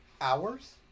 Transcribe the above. Hours